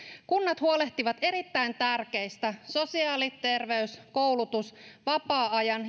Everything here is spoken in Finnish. kunnat huolehtivat erittäin tärkeistä sosiaali terveys koulutus vapaa ajan